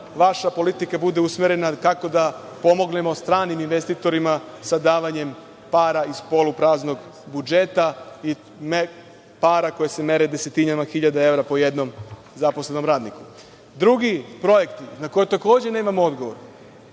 vaša politika bude usmerena tako da pomognemo stranim investitorima sa davanjem para iz polupraznog budžeta i para koje se mere desetinama hiljada evra po jednom zaposlenom radniku. Drugi projekti na koje takođe nemamo odgovor